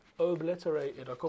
obliterated